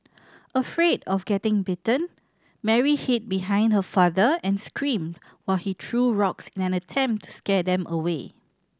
afraid of getting bitten Mary hid behind her father and screamed while he true rocks in an attempt to scare them away